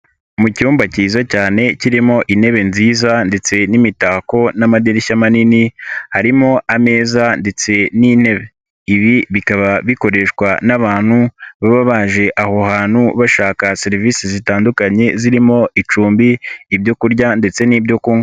Mu cyumba cyiza cyane kirimo intebe nziza ndetse n'imitako n'amadirishya manini, harimo ameza ndetse n'intebe, ibi bikaba bikoreshwa n'abantu, baba baje aho hantu bashaka serivisi zitandukanye zirimo icumbi, ibyo kurya ndetse n'ibyo kunywa.